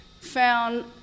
found